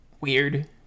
weird